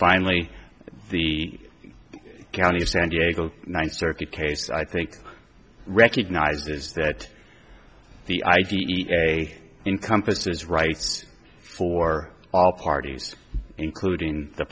finally the county of san diego ninth circuit case i think recognizes that the idea a encompasses rights for all parties including the